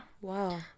Wow